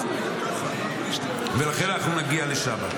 ואכן אנחנו נגיע לשם.